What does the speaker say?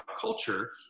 culture